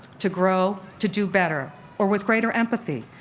to grow, to do better or with greater empathy.